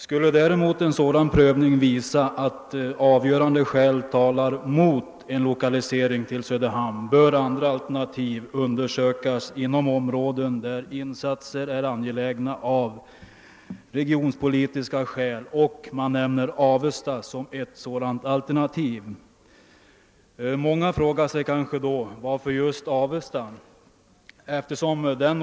Skulle emellertid en sådan prövning visa att avgörande skäl talar mot en lokalisering till denna stad bör andra alternativ undersökas inom områden där insatser är angelägna av regionalpolitiska skäl. Man nämner Avesta som ett sådant alternativ. Många frågar sig kanske då: Varför just Avesta?